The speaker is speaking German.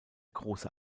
große